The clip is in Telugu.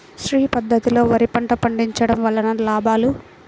శ్రీ పద్ధతిలో వరి పంట పండించడం వలన లాభాలు?